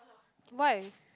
why